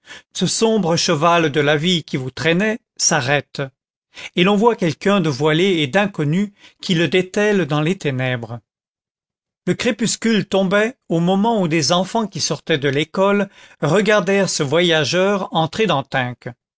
ce sombre cheval de la vie qui vous traînait s'arrête et l'on voit quelqu'un de voilé et d'inconnu qui le dételle dans les ténèbres le crépuscule tombait au moment où des enfants qui sortaient de l'école regardèrent ce voyageur entrer dans